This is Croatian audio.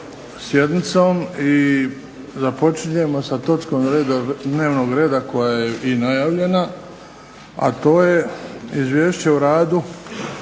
sjednicom i započinjemo sa točkom dnevnog reda koja je i najavljena, a to je - Izvješće o radu